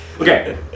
Okay